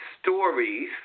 stories